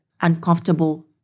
uncomfortable